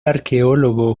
arqueólogo